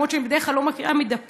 למרות שאני בדרך כלל לא מקריאה מדפים,